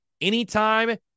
anytime